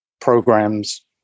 programs